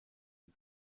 und